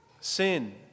Sin